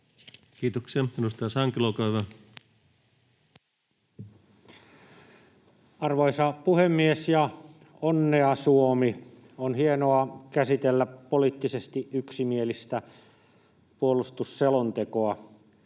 hyvä. Arvoisa puhemies! Onnea, Suomi! On hienoa käsitellä poliittisesti yksimielistä puolustusselontekoa.